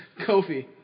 Kofi